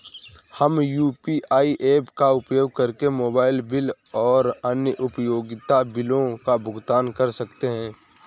हम UPI apps का उपयोग करके मोबाइल बिल और अन्य उपयोगिता बिलों का भुगतान कर सकते हैं